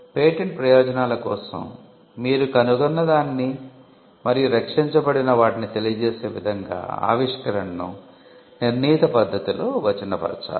కానీ పేటెంట్ ప్రయోజనాల కోసం మీరు కనుగొన్నదాన్ని మరియు రక్షించబడిన వాటిని తెలియజేసే విధంగా ఆవిష్కరణను నిర్ణీత పద్ధతిలో వచనపరచాలి